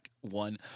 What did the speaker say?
one